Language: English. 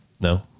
No